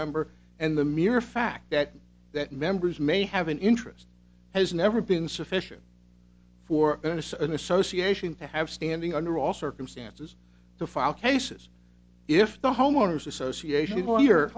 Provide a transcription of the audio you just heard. member and the mere fact that that members may have an interest has never been sufficient for venison association to have standing under all circumstances to file cases if the homeowners association or you're